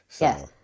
Yes